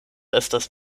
estas